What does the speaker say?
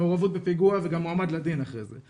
מעורבות בפיגוע וגם מועמד לדין אחרי זה.